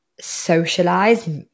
socialize